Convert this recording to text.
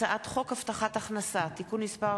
הצעת חוק הבטחת הכנסה (תיקון מס'